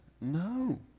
No